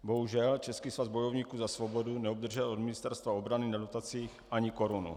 Bohužel, Český svaz bojovníků za svobodu neobdržel od Ministerstva obrany na dotacích ani korunu.